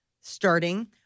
starting